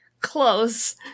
close